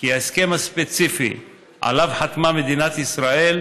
כי ההסכם הספציפי שעליו חתמה מדינת ישראל